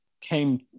Came